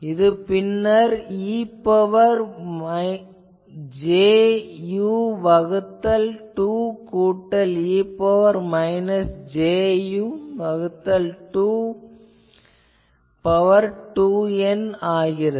இது பின்னர் e ன் பவர் j u வகுத்தல் 2 கூட்டல் e ன் பவர் மைனஸ் j u வகுத்தல் 2 பவர் 2N ஆகிறது